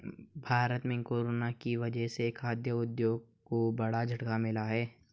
भारत में कोरोना की वजह से खाघ उद्योग को बड़ा झटका मिला है